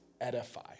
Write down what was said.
edify